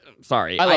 Sorry